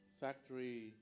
factory